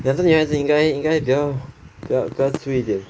改次你孩子应该会应该会比较比较粗一点